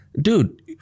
Dude